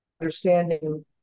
understanding